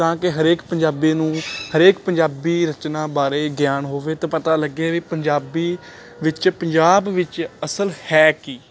ਤਾਂ ਕਿ ਹਰੇਕ ਪੰਜਾਬੀ ਨੂੰ ਹਰੇਕ ਪੰਜਾਬੀ ਰਚਨਾ ਬਾਰੇ ਗਿਆਨ ਹੋਵੇ ਤਾਂ ਪਤਾ ਲੱਗੇ ਵੀ ਪੰਜਾਬੀ ਵਿੱਚ ਪੰਜਾਬ ਵਿੱਚ ਅਸਲ ਹੈ ਕੀ